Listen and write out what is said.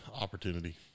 opportunity